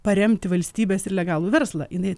paremti valstybės ir legalų verslą jinai